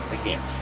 again